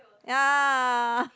ya